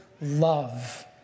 love